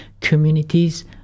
communities